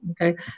okay